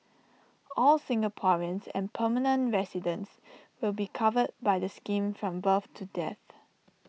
all Singaporeans and permanent residents will be covered by the scheme from birth to death